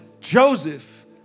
Joseph